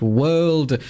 world